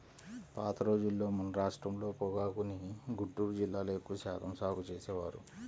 పాత రోజుల్లో మన రాష్ట్రంలో పొగాకుని గుంటూరు జిల్లాలో ఎక్కువ శాతం సాగు చేసేవారు